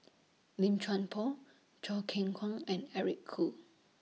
Lim Chuan Poh Choo Keng Kwang and Eric Khoo